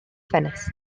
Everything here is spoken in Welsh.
ffenest